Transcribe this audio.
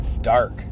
Dark